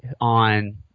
on